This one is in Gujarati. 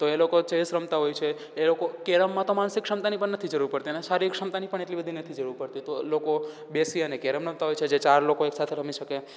તો એ લોકો ચેસ રમતા હોય છે એ લોકો કેરમમાં તો માનસિક ક્ષમતાની પણ નથી જરૂર પડતી અને શારીરિક ક્ષમતાની એટલી બધી નથી જરૂર પડતી તો લોકો બેસી અને કેરમ રમતા હોય છે જે ચાર લોકો એકસાથે રમી શકે